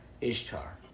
Ishtar